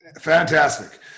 Fantastic